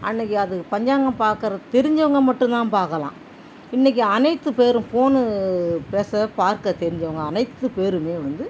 அன்றைக்கு அது பஞ்சாங்கம் பார்க்கறது தெரிஞ்சவங்க மட்டுந்தான் பார்க்கலாம் இன்னைறைக்கு அனைத்து பேரும் ஃபோனு பேச பார்க்க தெரிஞ்சவங்க அனைத்து பேருமே வந்து